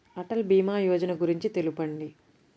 అటల్ భీమా యోజన గురించి తెలుపండి?